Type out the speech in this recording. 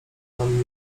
nam